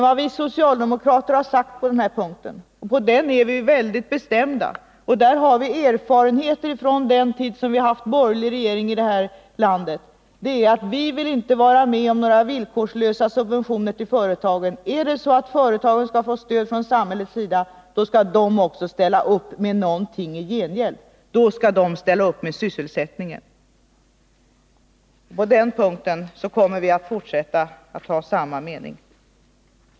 Vad vi socialdemokrater har sagt på den punkten är faktiskt — och där är vi väldigt bestämda och där har vi erfarenheter från den tid som vi haft borgerlig regering i det här landet — att vi inte vill vara med om några villkorslösa subventioner till företagen. Är det så att företagen skall få stöd från samhället, då skall de också ställa upp med någonting i gengäld, då skall de ställa upp när det gäller sysselsättningen. På den punkten kommer vi inte att ändra mening.